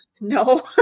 No